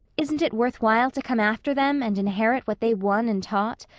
isn't it worthwhile to come after them and inherit what they won and taught?